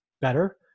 better